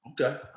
Okay